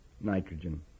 nitrogen